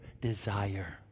desire